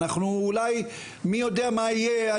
מי יודע מה יהיה,